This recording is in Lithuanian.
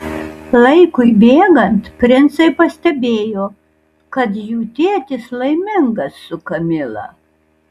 laikui bėgant princai pastebėjo kad jų tėtis laimingas su kamila